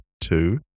two